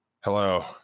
Hello